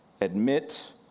admit